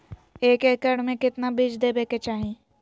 एक एकड़ मे केतना बीज देवे के चाहि?